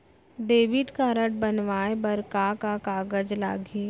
Debit card बनवाये बर का का कागज लागही?